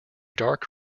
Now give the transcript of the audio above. dark